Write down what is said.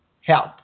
help